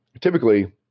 typically